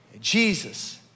Jesus